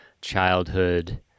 childhood